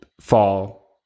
fall